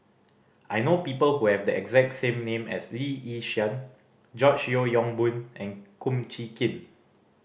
I know people who have the exact name as Lee Yi Shyan George Yeo Yong Boon and Kum Chee Kin